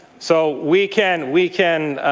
so we can we can